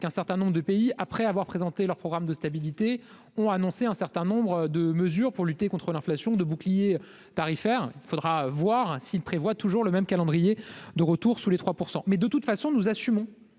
qu'un certain nombre de pays, après avoir présenté leur programme de stabilité, ont annoncé un certain nombre de mesures pour lutter contre l'inflation, de bouclier tarifaire, il faudra voir s'il prévoit toujours le même calendrier de retour sous les 3 %. Mais de toute façon nous assumons,